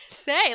say